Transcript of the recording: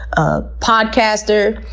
a podcaster,